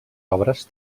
obres